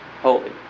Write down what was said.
holy